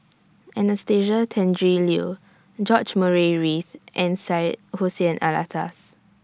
Anastasia Tjendri Liew George Murray Reith and Syed Hussein Alatas